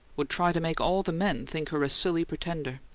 would try to make all the men think her a silly pretender.